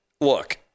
look